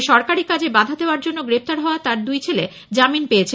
তবে সরকারি কাজে বাধা দেওয়ার জন্য গ্রেফতার হওয়া তাঁর দুই ছেলে জামিন পেয়েছে